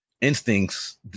instincts